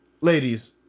Ladies